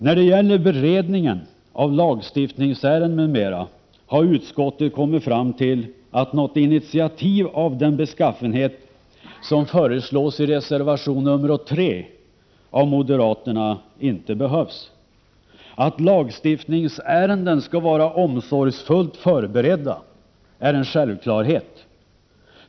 När det gäller beredningen av lagstiftningsärenden m.m. har utskottet kommit fram till att något initiativ av den beskaffenhet som föreslås i reservation 3 av moderaterna inte behövs. Att lagstiftningsärenden skall vara omsorgsfullt förberedda är en självklarhet.